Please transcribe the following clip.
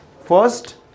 first